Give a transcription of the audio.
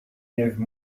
give